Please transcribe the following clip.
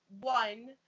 one